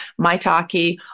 maitake